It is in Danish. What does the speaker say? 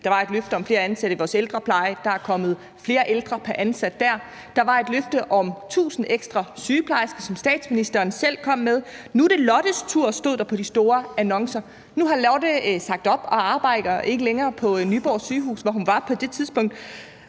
Der var et løfte om flere ansatte i vores ældrepleje – der er kommet flere ældre pr. ansat på det område. Der var et løfte – som statsministeren selv kom med – om 1.000 ekstra sygeplejersker. »Nu er det Lottes tur«, stod der i de store annoncer. Nu har Lotte sagt op og arbejder ikke længere på Nyborg Sygehus, hvor hun var på det tidspunkt.